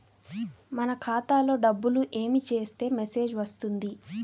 మన ఖాతాలో డబ్బులు ఏమి చేస్తే మెసేజ్ వస్తుంది?